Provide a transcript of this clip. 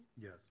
Yes